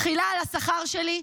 תחילה על השכר שלי,